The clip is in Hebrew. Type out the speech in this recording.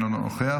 אינו נוכח,